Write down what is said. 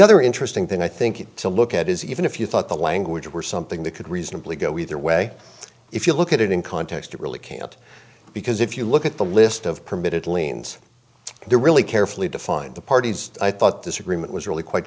other interesting thing i think to look at is even if you thought the language were something that could reasonably go either way if you look at it in context it really can't because if you look at the list of permitted liens there really carefully defined the parties i thought this agreement was really quite